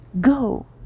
go